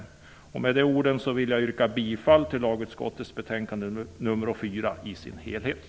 Med de orden vill jag yrka bifall till hemställan i dess helhet i lagutskottets betänkande nr 4.